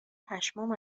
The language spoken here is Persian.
پشمام